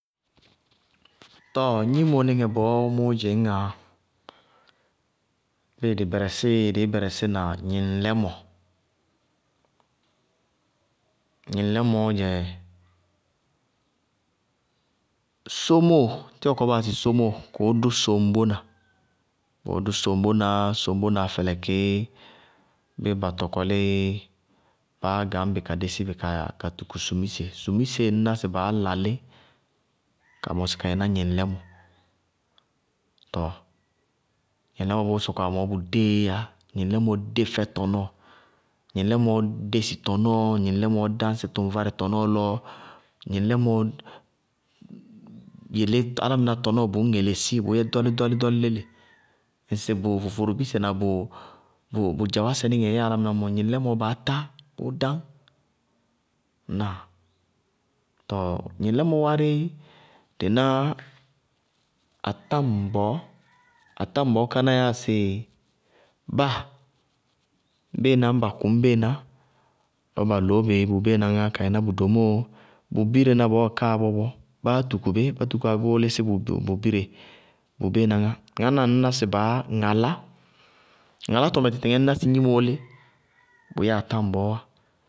Tɔɔ gnímɩrɛ bɔɔ mʋʋ dzɩñŋá, bíɩ dɩ bɛrɛsí, dɩí bɛrɛsí na gnɩŋlɛmɔ. Gnɩŋlɛmɔɔ dzɛ sómóo, tíwɔ kɔɔ baa yáa sɩ sómóo, kʋʋ dʋ soŋbónaá, kʋʋ dʋ soŋbónaá soŋbónaá fɛlɩkí bíɩ ba tɔkɔlíɩ, báá gañ bɩ ka dési bɩ ka tuku sumise. Sumisee ŋñná sɩ baá lalí ka mɔsɩ ka yɛná gnɩŋlɛmɔ tɔɔ gnɩŋlɛmɔ bʋʋ sɔkɔwá mɔɔ bʋ dée yá, gnɩŋlɛmɔ dé fɛ tɔnɔɔ, gnɩŋlɛmɔɔ dési tɔnɔɔ, gnɩŋlɛmɔɔ dáñsɩ tʋŋvárɛ tɔnɔɔ lɔ, gnɩŋlɛmɔɔ yelé álámɩná tɔnɔɔ bʋʋ ŋelesí bʋʋ yɛ ɔlí-ɖɔlí-ɖɔlí léle. Ŋsɩ bʋ foforobíse na bʋ dzawásɛɛ níŋɛɛ yɛyá álámɩná mɔ, gnɩŋlɛmɔɔ baá tá, bʋʋ dáñ ŋnáa? Tɔɔ gnɩŋlɛmɔ wárɩ dɩ ná atáŋbɔɔ. Atáŋbɔɔ káná yáa sɩ báa, bééná ñŋ ba kʋñ béená, lɔ ba loó bɩ ka yɛná domóo, bʋ bítená bɔɔɔ káa bʋ mɔ báá tuku bí, bá tukúwá báá lísí bʋ bíre, bʋ béená ŋá, ŋánáá ŋñná sɩ baá ŋalá. Ŋalátɔ mɛ tɩtɩŋɛ ŋñná sɩ gnimoó lí, bʋyɛ atáŋbɔɔ wá.